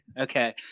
okay